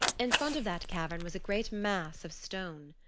in front of that cavern was a great mass of stone.